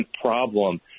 problem